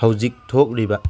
ꯍꯧꯖꯤꯛ ꯊꯣꯛꯂꯤꯕ